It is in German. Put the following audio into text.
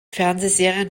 fernsehserien